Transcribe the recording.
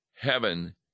Heaven